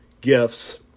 gifts